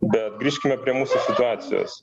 bet grįžkime prie mūsų situacijos